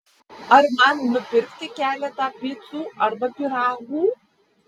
ar man nupirkti keletą picų arba pyragų